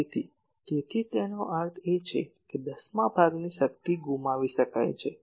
તેથી તેથી જ તેનો અર્થ એ છે કે દસમા ભાગની શક્તિ ગુમાવી શકાય છે